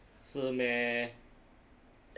是 meh